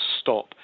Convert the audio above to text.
stop